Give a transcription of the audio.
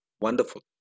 Wonderful